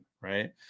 Right